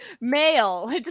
male